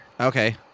Okay